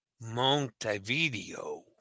Montevideo